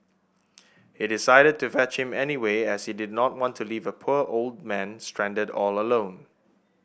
he decided to fetch him anyway as he did not want to leave a poor old man stranded all alone